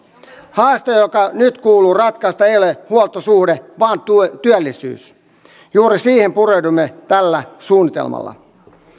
haaste joka nyt kuuluu ratkaista ei ole huoltosuhde vaan työllisyys juuri siihen pureudumme tällä suunnitelmalla